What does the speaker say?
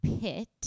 pit